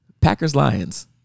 Packers-Lions